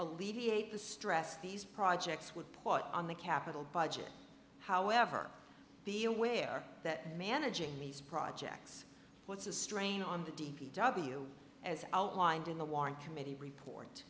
alleviate the stress these projects would put on the capital budget however be aware that managing these projects puts a strain on the d p w as outlined in the warren committee report